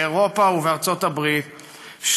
באירופה ובארצות הברית,